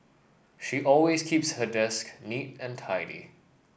she always keeps her desk neat and tidy